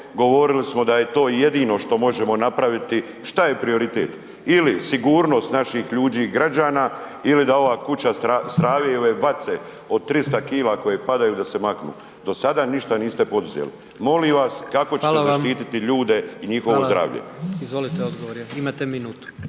govorili smo da je to jedino što možemo napraviti. Što je prioritet? Ili sigurnost naših ljudi i građana ili da ova kuća strave i ove vatice od 300 kg koje padaju da se maknu. Do sada ništa niste poduzeli. Molim vas kako ćete …/Upadica: Hvala vam/…zaštiti ljude i njihovo zdravlje? **Jandroković, Gordan